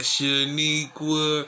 Shaniqua